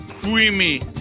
creamy